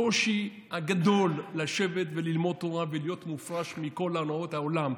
הקושי הגדול לשבת וללמוד תורה ולהיות מופרש מכל הנאות העולם,